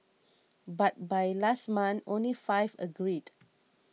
but by last month only five agreed